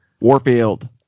Warfield